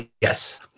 Yes